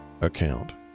account